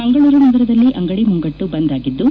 ಮಂಗಳೂರು ನಗರದಲ್ಲಿ ಅಂಗಡಿ ಮುಂಗಟ್ಟು ಬಂದ್ ಆಗಿದ್ದು